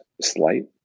slight